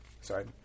sorry